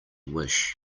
wish